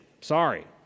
Sorry